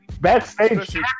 Backstage